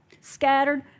scattered